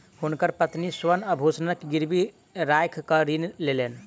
हुनकर पत्नी स्वर्ण आभूषण गिरवी राइख कअ ऋण लेलैन